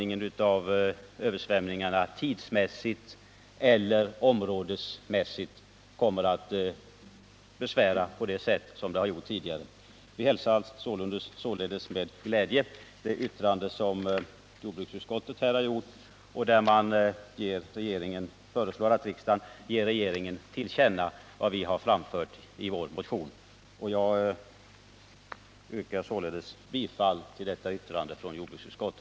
Översvämningarna kommer både till sin omfattning och tidsmässigt att bli mindre besvärande än tidigare.